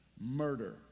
murder